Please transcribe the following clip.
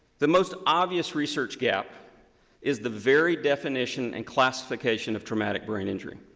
the most obvious research gap is the very definition and classification of traumatic brain injury.